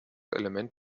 element